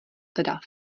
teda